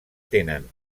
tenen